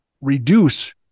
reduce